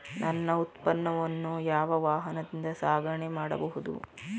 ನನ್ನ ಉತ್ಪನ್ನವನ್ನು ಯಾವ ವಾಹನದಿಂದ ಸಾಗಣೆ ಮಾಡಬಹುದು?